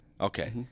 Okay